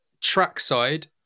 trackside